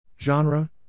Genre